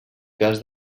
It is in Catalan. cas